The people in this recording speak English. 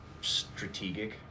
strategic